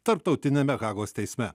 tarptautiniame hagos teisme